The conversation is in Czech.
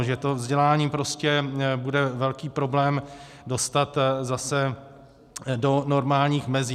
Že to vzdělání prostě bude velký problém dostat zase do normálních mezí.